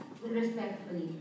respectfully